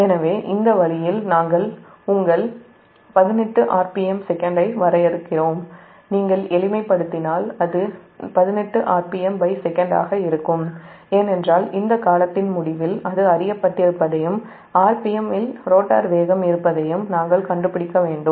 எனவே இந்த வழியில் நாங்கள் உங்கள் 18rpm sec ஐ வரையறுக் கிறோம் நீங்கள் எளிமைப்படுத்தினால் அது 18rpm sec ஆக இருக்கும் ஏனென்றால் இந்த காலத்தின் முடிவில் அது அறியப்பட்டிருப்பதையும் rpm இல் ரோட்டார் வேகம் இருப்பதையும் நாம் கண்டுபிடிக்க வேண்டும்